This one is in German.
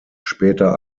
später